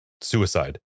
suicide